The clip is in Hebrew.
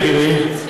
יקירי,